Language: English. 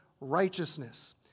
righteousness